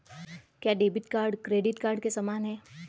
क्या debit card credit card के समान है?